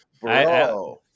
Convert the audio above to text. bro